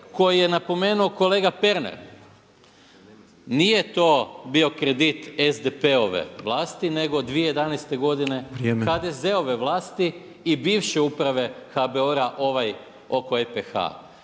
koji je napomenuo kolega Pernar. Nije to bio kredit SDP-ove vlasti nego 2011. godine HDZ-ove vlasti i bivše uprave HBOR-a ovaj oko EPH.